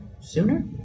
sooner